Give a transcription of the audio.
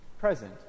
present